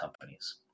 companies